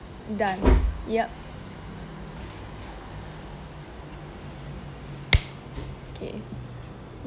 done yup K